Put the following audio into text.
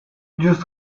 just